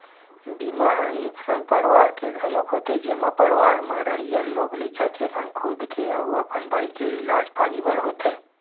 बीमा ह एक संग परवार के घलोक होथे जेमा परवार म रहइया लोग लइका के संग खुद के अउ अपन बाई के इलाज पानी बर होथे